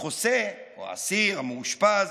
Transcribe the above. החוסה או האסיר, המאושפז,